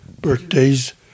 birthdays